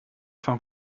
van